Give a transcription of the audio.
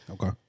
Okay